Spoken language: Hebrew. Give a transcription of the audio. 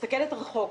מסתכלת רחוק,